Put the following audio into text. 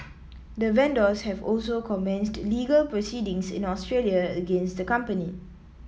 the vendors have also commenced legal proceedings in Australia against the company